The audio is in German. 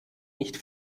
nicht